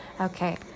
Okay